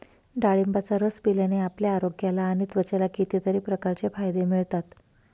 डाळिंबाचा रस पिल्याने आपल्या आरोग्याला आणि त्वचेला कितीतरी प्रकारचे फायदे मिळतात